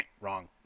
wrong